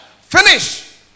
finish